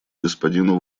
господину